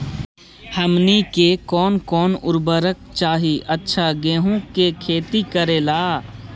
हमनी के कौन कौन उर्वरक चाही अच्छा गेंहू के खेती करेला?